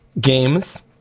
games